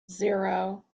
zero